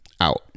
out